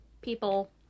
people